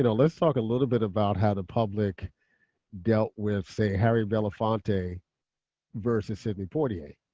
and let's talk a little bit about how the public dealt with say harry belafonte versus sidney poitier.